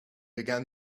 began